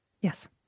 Yes